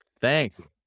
Thanks